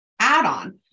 add-on